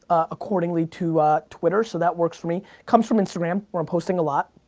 accordingly to twitter, so that works for me, comes from instagram, where i'm posting a lot.